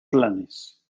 planes